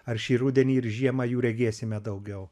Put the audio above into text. ar šį rudenį ir žiemą jų regėsime daugiau